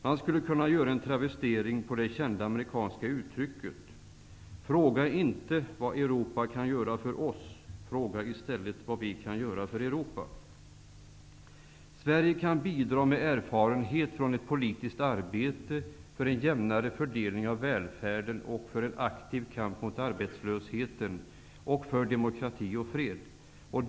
Man skulle kunna göra en travestering på det kända amerikanska uttrycket: Fråga inte vad Europa kan göra för oss, fråga i stället vad vi kan göra för Sverige kan bidra med erfarenheter från ett politiskt arbete för en jämnare fördelning av välfärden, för en aktiv kamp mot arbetslösheten och för demokrati och fred.